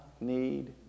need